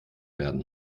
werden